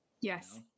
Yes